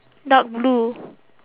dark blue